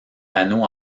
panneaux